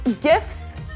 gifts